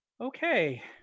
okay